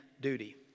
duty